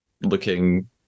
looking